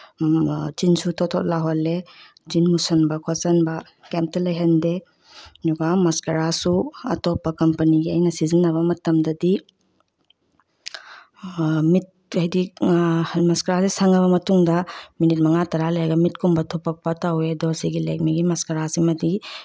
ꯆꯤꯟꯁꯨ ꯊꯣꯠ ꯊꯣꯠ ꯂꯥꯎꯍꯜꯂꯦ ꯆꯤꯟ ꯃꯨꯁꯤꯟꯕ ꯈꯣꯠꯆꯟꯕ ꯀꯦꯝꯇ ꯂꯩꯍꯟꯗꯦ ꯑꯗꯨꯒ ꯃꯁꯀꯔꯥꯁꯨ ꯑꯇꯣꯞꯄ ꯀꯝꯄꯅꯤꯒꯤ ꯑꯩꯅ ꯁꯤꯖꯤꯟꯅꯕ ꯃꯇꯝꯗꯗꯤ ꯃꯤꯠ ꯍꯥꯏꯗꯤ ꯃꯁꯀꯔꯥꯁꯦ ꯁꯪꯉꯕ ꯃꯇꯨꯡꯗ ꯃꯤꯅꯤꯠ ꯃꯉꯥ ꯇꯔꯥ ꯂꯩꯔꯒ ꯃꯤꯠꯀꯨꯝꯕ ꯊꯨꯞꯄꯛꯄ ꯇꯧꯋꯦ ꯑꯗꯣ ꯁꯤꯒꯤ ꯂꯦꯛꯃꯤꯒꯤ ꯃꯁꯀꯔꯥꯁꯤ ꯃꯗꯤ